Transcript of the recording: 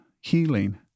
healing